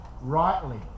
rightly